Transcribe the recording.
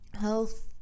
health